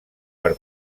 per